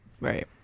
Right